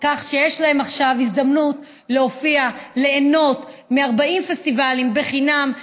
כך שיש להם עכשיו הזדמנות ליהנות מ-40 פסטיבלים חינם,